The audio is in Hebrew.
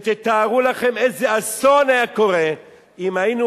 ותתארו לכם איזה אסון היה קורה אם היינו